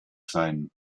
seien